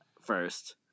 first